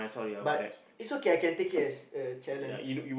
but it's okay I can take it as a challenge